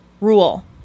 rule